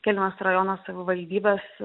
kelmės rajono savivaldybės